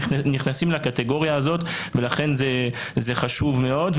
הם נכנסים לקטגוריה הזאת ולכן זה חשוב מאוד.